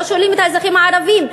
לא שואלים את האזרחים הערבים,